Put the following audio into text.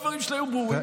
הדברים שלי היו ברורים